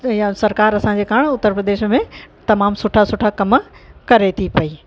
इहा सरकारि असांजे कारणि उत्तर प्रदेश में तमामु सुठा सुठा कम करे थी पई